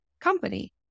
company